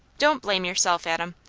don't blame yourself, adam.